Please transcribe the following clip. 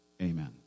Amen